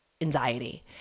anxiety